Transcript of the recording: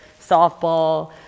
softball